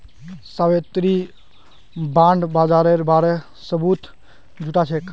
Savitri bond बाजारेर बारे सबूत जुटाछेक